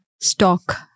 stock